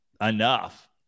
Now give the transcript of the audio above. enough